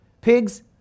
Pigs